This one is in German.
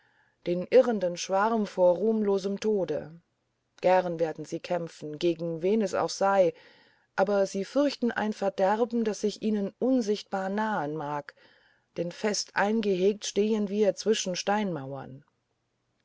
den irrenden schwarm vor ruhmlosem tode gern werden sie kämpfen gegen wen es auch sei aber sie fürchten ein verderben das sich ihnen unsichtbar nahen mag denn fest eingehegt stehen wir zwischen steinmauern